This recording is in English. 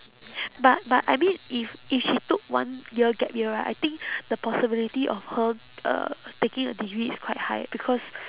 but but I mean if if she took one year gap year right I think the possibility of her uh taking a degree is quite high eh because